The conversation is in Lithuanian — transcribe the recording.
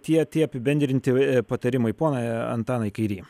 tie tie apibendrinti patarimai pone antanai kairy